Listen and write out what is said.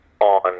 on